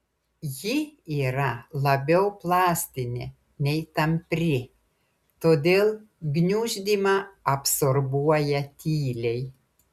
ji yra labiau plastinė nei tampri todėl gniuždymą absorbuoja tyliai